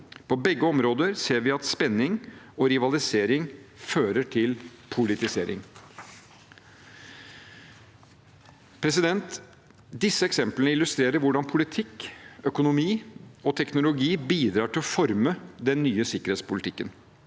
På begge områder ser vi at spenning og rivalisering fører til politisering. Disse eksemplene illustrerer hvordan politikk, økonomi og teknologi bidrar til å forme den nye sikkerhetspolitikken,